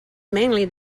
mainly